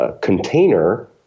container